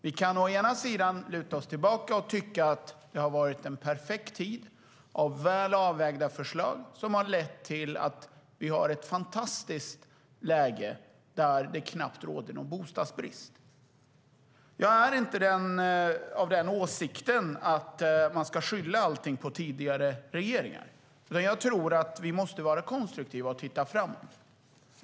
Vi kan luta oss tillbaka och tycka att det har varit en perfekt tid med väl avvägda förslag som har lett till att vi har ett fantastiskt läge där det knappt råder någon bostadsbrist. Jag är inte av den åsikten att man ska skylla allt på tidigare regeringar, utan jag tror att vi måste vara konstruktiva och titta framåt.